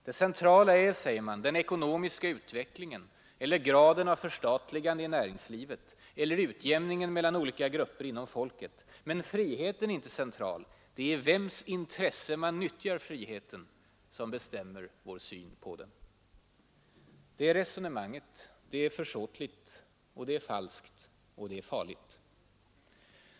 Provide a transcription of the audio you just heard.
Det centrala är, säger man, den ekonomiska utvecklingen eller graden av förstatligande i näringslivet eller utjämningen mellan olika grupper inom folket. Men friheten är inte central — det är i vems intresse man nyttjar friheten som bestämmer vår syn på den. Det resonemanget är försåtligt och det är falskt och det är farligt.